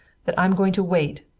that i'm going to wait,